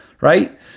right